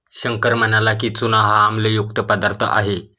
शंकर म्हणाला की, चूना हा आम्लयुक्त पदार्थ आहे